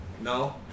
No